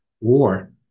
war